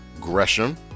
Gresham